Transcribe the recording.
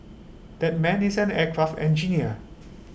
that man is an aircraft engineer